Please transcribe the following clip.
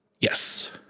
Yes